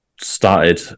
started